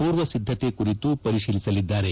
ಪೂರ್ವಸಿದ್ದತೆ ಕುರಿತು ಪರಿಶೀಲಿಸಲಿದ್ದಾರೆ